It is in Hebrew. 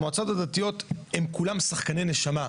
המועצות הדתיות הן כולן שחקני נשמה.